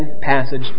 passage